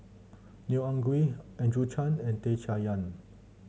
Neo Anngee Andrew Chew and Tan Chay Yan